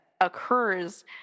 occurs